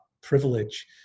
privilege